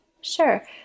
Sure